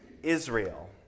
Israel